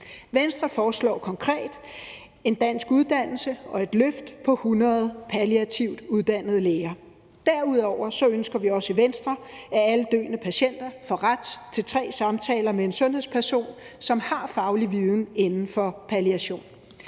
Venstre foreslår konkret en dansk uddannelse og et løft på 100 palliativt uddannede læger. Derudover ønsker vi også i Venstre, at alle døende patienter får ret til tre samtaler med en sundhedsperson, som har faglig viden inden for palliation.